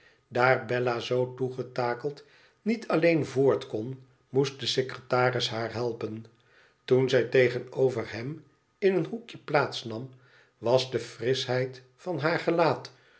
daar bella zoo toegetakeld niet alleen voort kon moest de secretaris haar helpen toen zij tegenover hem in een hoekje plaats nam was de frischheid van haar gelaat